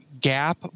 gap